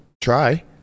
try